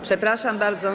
Przepraszam bardzo.